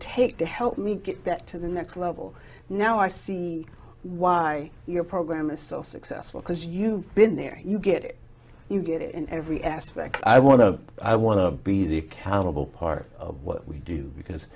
take to help me get that to the next level now i see why your program is so successful because you've been there you get it you get it in every aspect i want to i want to be the accountable part of what we do because